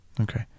Okay